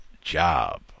job